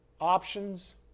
options